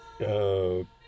Okay